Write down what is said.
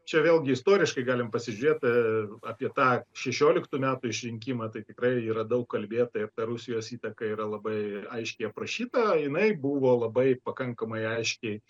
čia vėlgi istoriškai galim pasižiūrėt apie tą šešioliktų metų išrinkimą tai tikrai yra daug kalbėta ir ta rusijos įtaka yra labai aiškiai aprašyta jinai buvo labai pakankamai aiškiai